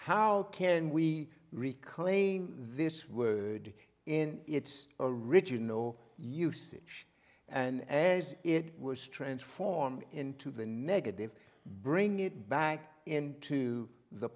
how can we reclaim this word in its original no usage and as it was transformed into the negative bring it back into the